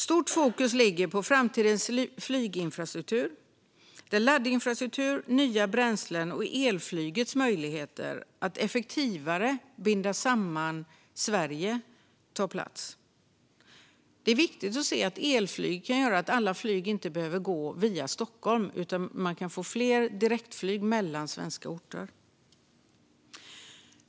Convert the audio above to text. Stort fokus ligger på framtidens flyginfrastruktur, där laddinfrastruktur, nya bränslen och elflygets möjligheter att effektivare binda samman Sverige tar plats. Det är viktigt att se att elflyg kan göra att alla flyg inte behöver gå via Stockholm utan man kan få fler direktflyg mellan svenska orter.